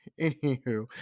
anywho